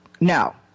No